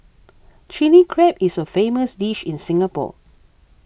Chilli Crab is a famous dish in Singapore